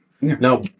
No